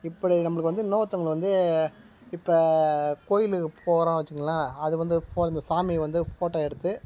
இப்படி நம்மளுக்கு வந்து இன்னோருத்தங்கள வந்து இப்போ கோவிலுக்கு போகிறோம் வெச்சுக்கங்களேன் அது வந்து இந்த சாமியை வந்து ஃபோட்டோ எடுத்து